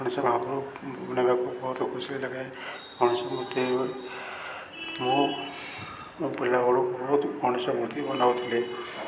କୌଣସି ଭାବରୁ ବନେଇବାକୁ ବହୁତ ଖୁସି ଲାଗେ କୌଣସି ମୂର୍ତ୍ତି ମୁଁ ମୋ ପିଲାବେଳକୁ ବହୁତ ଗଣେଶ ମୂର୍ତ୍ତି ବନାଉଥିଲି